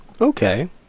Okay